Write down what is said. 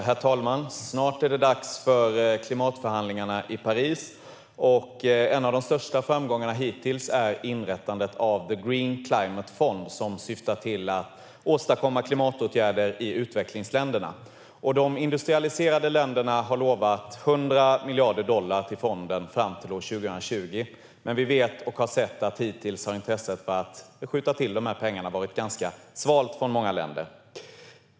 Herr talman! Snart är det dags för klimatförhandlingarna i Paris. En av de största framgångarna hittills är inrättandet av Green Climate Fund som syftar till att åstadkomma klimatåtgärder i utvecklingsländerna. De industrialiserade länderna har lovat 100 miljarder dollar till fonden fram till år 2020. Men vi vet och har sett att hittills har intresset för att skjuta till de pengarna varit ganska svalt från många länder.